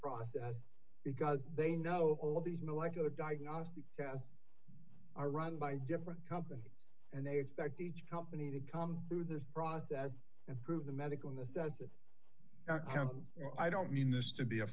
process because they know all of these molecular diagnostic tests are run by different companies and they expect each company to come through this process and prove the medical necessity i don't mean this to be a